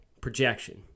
projection